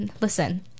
Listen